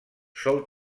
sol